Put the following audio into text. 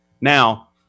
Now